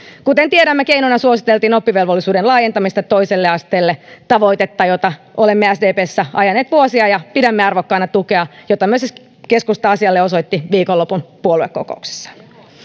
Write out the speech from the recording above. kuten tiedämme keinona suositeltiin oppivelvollisuuden laajentamista toiselle asteelle tavoitetta jota olemme sdpssä ajaneet vuosia pidämme arvokkaana tukea jota myös keskusta asialle osoitti viikonlopun puoluekokouksessaan